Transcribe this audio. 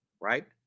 right